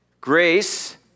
Grace